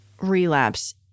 Relapse